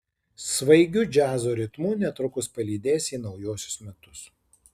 svaigiu džiazo ritmu netrukus palydės į naujuosius metus